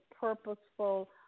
purposeful